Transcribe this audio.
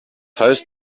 heißt